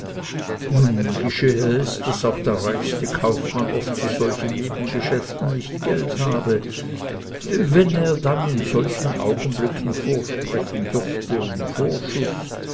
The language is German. nun geschehe es daß auch der reichste kaufmann oft zu solchen nebengeschäften nicht geld habe wenn er dann in solchen augenblicken vorsprechen dürfte um vorschuß